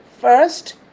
first